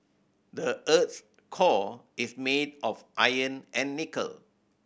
the earth's core is made of iron and nickel